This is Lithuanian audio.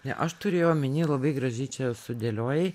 ne aš turėjau omeny labai gražiai čia sudėliojai